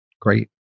great